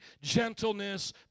gentleness